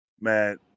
man